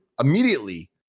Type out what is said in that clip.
immediately